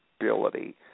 ability